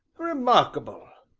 remarkable!